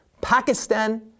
Pakistan